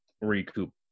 recoup